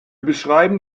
beschreiben